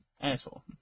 Asshole